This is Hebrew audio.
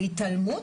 להתעלמות,